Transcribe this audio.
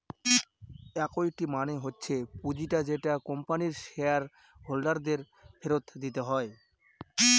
equity মানে হচ্ছে পুঁজিটা যেটা কোম্পানির শেয়ার হোল্ডার দের ফেরত দিতে হয়